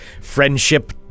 Friendship